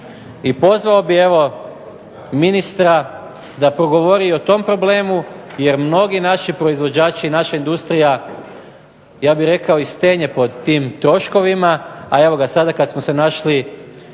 I pozvao bih evo ministra da progovori i o tom problemu, jer mnogi naši proizvođači i naša industrija ja bih rekao i stenje pod tim troškovima, a evo ga sada kada smo se našli